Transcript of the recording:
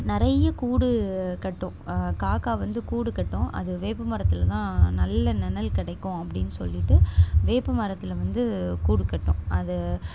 நிறைய கூடு கட்டும் காக்கா வந்து கூடு கட்டும் அது வேப்பமரத்தில் தான் நல்ல நெழல் கிடைக்கும் அப்டினு சொல்லிட்டு வேப்பமரத்ததில் வந்து கூடு கட்டும் அது